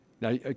Now